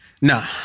Nah